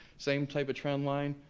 same type of trendline,